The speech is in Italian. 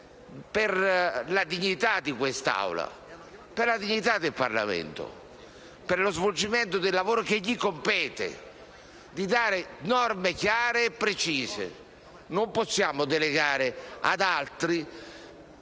per la dignità di questa Aula e del Parlamento e per lo svolgimento del lavoro che gli compete, cioè dare norme chiare e precise. Non possiamo delegare ad altri